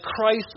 Christ